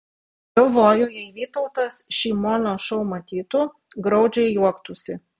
galvoju jei vytautas šį mono šou matytų graudžiai juoktųsi